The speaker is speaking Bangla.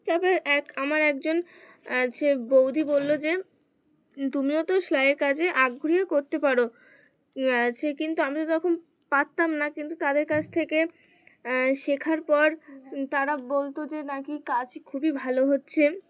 তারপরে এক আমার একজন সে বৌদি বললো যে তুমিও তো সেলাইয়ের কাজে আগ্রহী করতে পারো সে কিন্তু আমি তো তখন পারতাম না কিন্তু তাদের কাছ থেকে শেখার পর তারা বলতো যে নাকি কাজ খুবই ভালো হচ্ছে